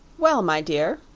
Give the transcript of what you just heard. well, my dear,